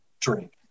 drink